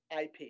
ip